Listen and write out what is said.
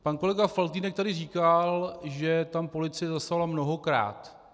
Pan kolega Faltýnek tady říkal, že tam policie zasahovala mnohokrát.